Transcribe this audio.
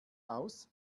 aus